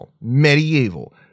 Medieval